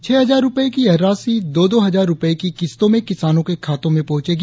छह हजार रुपये की यह राशि दो दो हजार रुपये की किस्तों में किसानों के खातों में पहुंचेगी